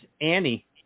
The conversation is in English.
Annie